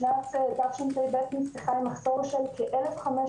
שנת תשפ"ב נפתחה במחסור של כ-1,500